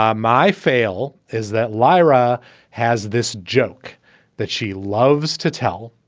ah my fail is that lyra has this joke that she loves to tell.